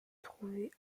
trouvait